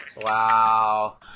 Wow